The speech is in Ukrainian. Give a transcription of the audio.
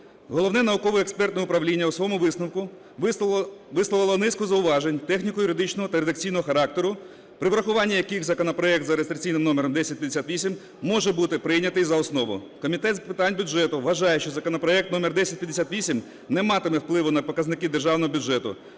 Головне науково-експертне управління у своєму висновку висловило низку зауважень техніко-юридичного та редакційного характеру при врахуванні яких законопроект за реєстраційним номером 1058 може бути прийнятий за основу. Комітет з питань бюджету вважає, що законопроект № 1058 не матиме впливу на показники державного бюджету.